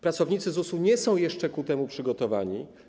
Pracownicy ZUS-u nie są jeszcze do tego przygotowani.